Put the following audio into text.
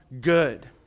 good